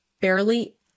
barely